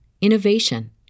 innovation